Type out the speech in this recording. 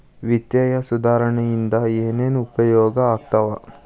ವಿತ್ತೇಯ ಸುಧಾರಣೆ ಇಂದ ಏನೇನ್ ಉಪಯೋಗ ಆಗ್ತಾವ